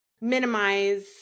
minimize